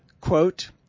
Quote